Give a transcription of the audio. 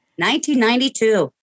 1992